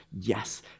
Yes